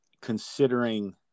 considering